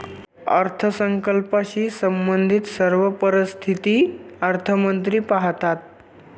अर्थसंकल्पाशी संबंधित सर्व परिस्थिती अर्थमंत्री पाहतात